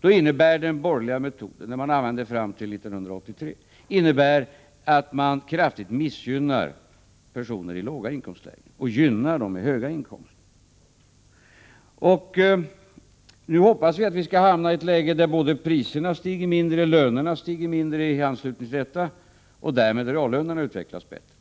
då innebär den borgerliga metod som vi använde fram till 1983 att man kraftigt missgynnar personer i låga inkomstlägen och gynnar dem som har höga inkomster. Nu hoppas vi att vi skall hamna i ett läge där både priserna stiger mindre och lönerna stiger mindre i anslutning till detta och där reallönerna därmed utvecklas bättre.